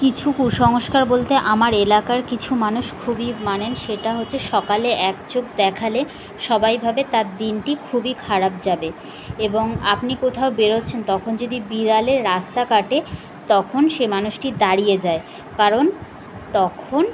কিছু কুসংস্কার বলতে আমার এলাকার কিছু মানুষ খুবই মানেন সেটা হচ্ছে সকালে এক চোখ দেখালে সবাই ভাবে তার দিনটি খুবই খারাপ যাবে এবং আপনি কোথাও বেরোচ্ছেন তখন যদি বিড়ালে রাস্তা কাটে তখন সে মানুষটি দাঁড়িয়ে যায় কারণ তখন